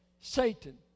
Satan